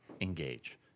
engage